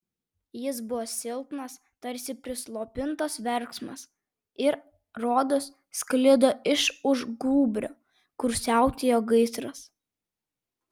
jis buvo silpnas tarsi prislopintas verksmas ir rodos sklido iš už gūbrio kur siautėjo gaisras